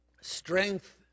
strength